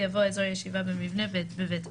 יבוא אזורי ישיבה במבנה בבית אוכל.